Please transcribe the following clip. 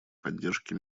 поддержке